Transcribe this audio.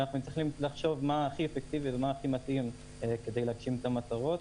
ואנחנו נצטרך לחשוב מה הכי אפקטיבי ומה הכי מתאים להגשים את המטרות.